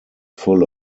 full